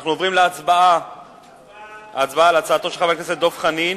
אנחנו עוברים להצבעה על הצעתו של חבר הכנסת דב חנין.